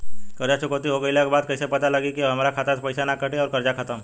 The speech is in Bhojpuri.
कर्जा चुकौती हो गइला के बाद कइसे पता लागी की अब हमरा खाता से पईसा ना कटी और कर्जा खत्म?